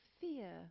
fear